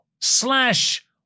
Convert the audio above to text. slash